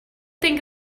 think